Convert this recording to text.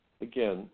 Again